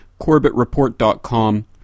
CorbettReport.com